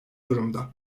durumda